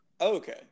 okay